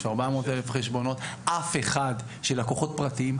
יש 400,000 חשבונות של לקוחות פרטיים.